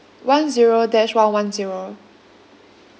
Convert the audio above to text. one zero dash one one zero